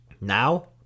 Now